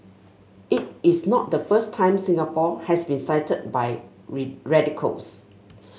it is not the first time Singapore has been cited by radicals